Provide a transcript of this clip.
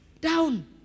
Down